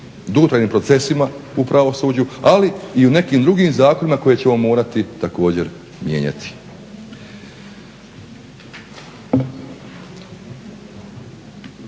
dugotrajnim procesima u pravosuđu ali i u nekim drugim zakonima koje ćemo morati također mijenjati.